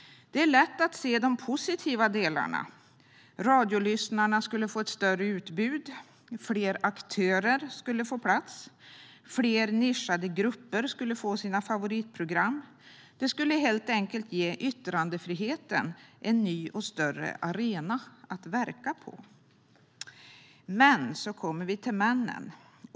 Det är lätt att se de positiva delarna. Radiolyssnarna skulle få ett större utbud, fler aktörer skulle få plats, och fler nischade grupper skulle få sina favoritprogram. Det skulle helt enkelt ge yttrandefriheten en ny och större arena att verka på. Men så kommer vi till "men".